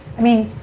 i mean,